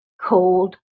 cold